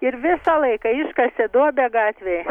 ir visą laiką iškasė duobę gatvėj